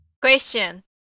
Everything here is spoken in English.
Question